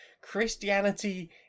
Christianity